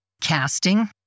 casting